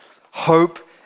Hope